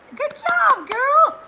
good job, girl,